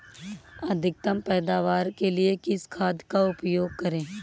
अधिकतम पैदावार के लिए किस खाद का उपयोग करें?